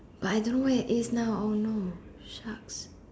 but I don't know where it is now oh no shucks